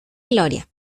gloria